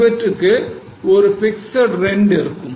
அவற்றுக்கு ஒரு fixed rent இருக்கும்